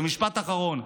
ומשפט אחרון.